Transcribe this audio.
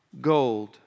gold